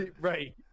Right